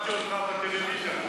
שמעתי אותך בטלוויזיה.